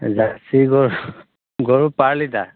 jersey গৰু গৰু পাৰ লিটাৰ